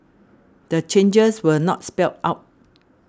the changes were not spelled out